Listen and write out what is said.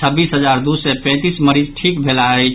छब्बीस हजार दू सय पैंतीस मरीज ठीक भेलाह अछि